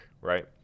right